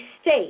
state